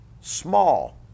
small